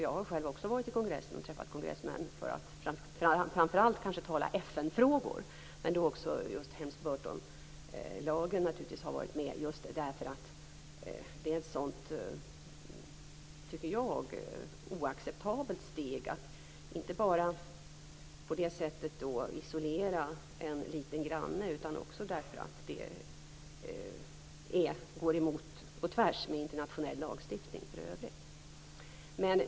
Jag har också varit i kongressen och träffat kongressmän, framför allt kanske för att tala FN-frågor men också Helms-Burton-lagen, just därför att det är ett så oacceptabelt steg att på det sättet isolera en liten granne men även därför att det går på tvärs mot internationell lagstiftning i övrigt.